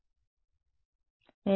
విద్యార్థి